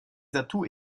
atouts